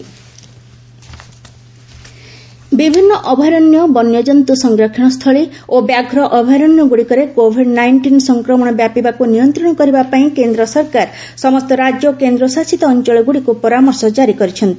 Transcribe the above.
centre states ବିଭିନ୍ନ ଅଭୟାରଣ୍ୟ ବଣ୍ୟଜନ୍ତୁ ସଂରକ୍ଷଣସ୍ଥଳୀ ଓ ବ୍ୟାଘ୍ର ଅଭୟାରଣ୍ୟଗୁଡ଼ିକରେ କୋଭିଡ୍ ନାଇଷ୍ଟିନ୍ ସଂକ୍ରମଣ ବ୍ୟାପିବାକୁ ନିୟନ୍ତ୍ରଣ କରିବା ପାଇଁ କେନ୍ଦ୍ର ସରକାର ସମସ୍ତ ରାଜ୍ୟ ଓ କେନ୍ଦ୍ରଶାସିତ ଅଞ୍ଚଳଗୁଡ଼ିକୁ ପରାମର୍ଶ ଜାରି କରିଛନ୍ତି